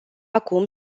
acum